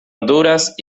honduras